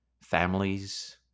families